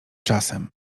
czasem